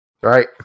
right